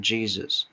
Jesus